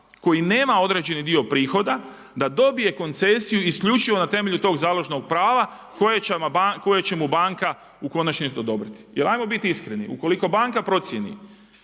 koji nema određeni dio prihoda da dobije koncesiju isključivo na temelju tog založnog prava koje će mu banka u konačnici odobriti. Jer hajmo biti iskreni. Ukoliko banka procijeni,